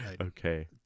Okay